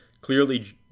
clearly